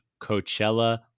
Coachella